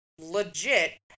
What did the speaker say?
legit